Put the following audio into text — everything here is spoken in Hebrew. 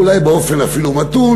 או אולי באופן אפילו מתון.